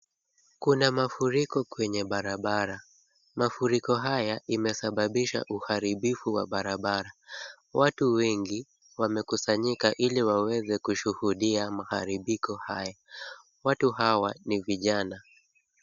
Kuna mafuriko kwenye barabara. Mafuriko haya imesababisha uharibifu wa barabara. Watu wengi wamekusanyika ili waweze kushuhudia maharibiko hayo. Watu hawa ni vijana.